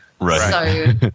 right